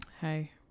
Hey